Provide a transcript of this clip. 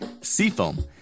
Seafoam